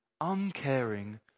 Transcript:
uncaring